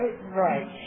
Right